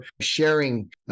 sharing